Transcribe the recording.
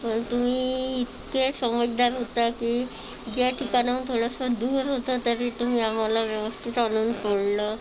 पण तुम्ही इतके समजदार होता की या ठिकाणाहून थोडंसं दूर होतं तरी तुम्ही आम्हाला व्यवस्थित आणून सोडलं